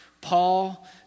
Paul